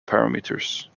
parameters